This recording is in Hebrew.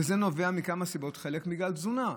וזה נובע מכמה סיבות, גם בגלל תזונה.